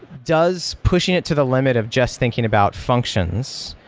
does pushing it to the limit of just thinking about functions,